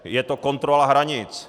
Je to kontrola hranic.